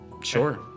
Sure